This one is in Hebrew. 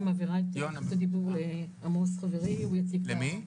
אני מעבירה את רשות הדיבור לעמוס חברי הוא יציג את הדברים.